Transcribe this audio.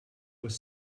was